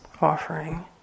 offering